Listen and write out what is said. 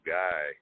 guy